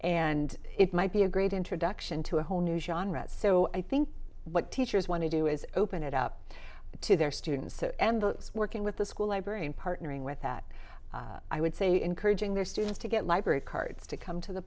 might be a great introduction to a whole new genre so i think what teachers want to do is open it up to their students and working with the school librarian partnering with that i would say encouraging their students to get library cards to come to the